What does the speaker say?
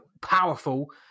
powerful